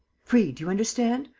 free, do you understand?